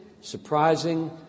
surprising